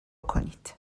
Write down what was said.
کنید